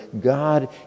God